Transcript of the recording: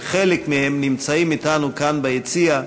שחלק מהם נמצאים אתנו כאן ביציע,